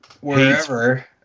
wherever